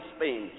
Spain